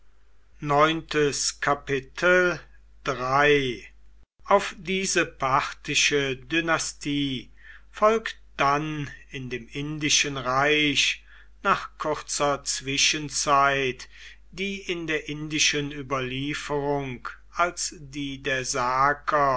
auf diese parthische dynastie folgt dann in dem indischen reich nach kurzer zwischenzeit die in der indischen überlieferung als die der